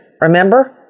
remember